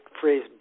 phrase